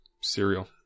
Cereal